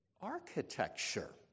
architecture